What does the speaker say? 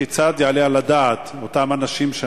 הכיצד יעלה על הדעת שאותם אנשים,